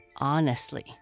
Honestly